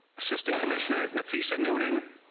assisting commissioner in a feast at noon. and